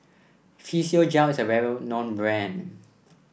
Physiogel is a well known brand